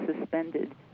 suspended